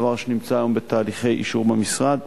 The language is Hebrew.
דבר שנמצא היום בתהליכי אישור במשרד.